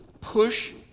push